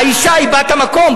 האשה היא בת המקום,